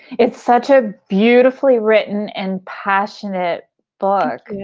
it's such a beautifully written and passionate book.